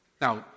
Now